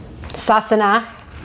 sasana